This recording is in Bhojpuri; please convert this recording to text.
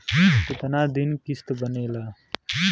कितना दिन किस्त बनेला?